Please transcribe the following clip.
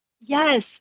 Yes